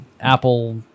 Apple